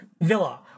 villa